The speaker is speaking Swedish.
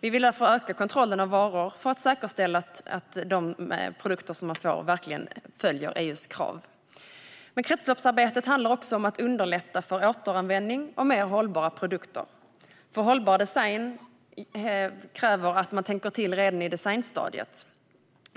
Vi vill därför öka kontrollen av varor för att säkerställa att de produkter man får verkligen följer EU:s krav. Kretsloppsarbetet handlar också om att underlätta för återanvändning och mer hållbara produkter. För hållbar design krävs att man tänker till redan i designstadiet.